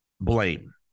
blame